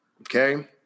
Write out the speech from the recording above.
okay